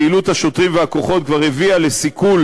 פעילות השוטרים והכוחות כבר הביאה לסיכול